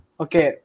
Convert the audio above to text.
okay